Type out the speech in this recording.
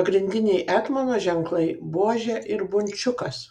pagrindiniai etmono ženklai buožė ir bunčiukas